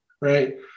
right